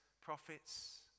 prophets